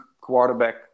quarterback